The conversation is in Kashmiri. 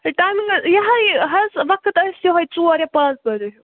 ہے ٹایمِنٛگ حظ یہِ حظ حظ وقت ٲسۍ یِہوے ژور یا پانٛژھ بَجَے ہیوٗ